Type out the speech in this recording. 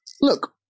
Look